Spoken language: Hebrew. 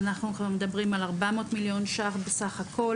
אנחנו כבר מדברים על 400 מיליון ₪ בסך הכול